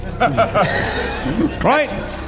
Right